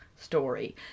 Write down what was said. story